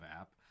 app